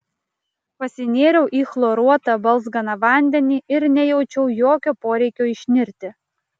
pasinėriau į chloruotą balzganą vandenį ir nejaučiau jokio poreikio išnirti